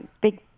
big